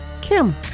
Kim